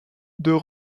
deux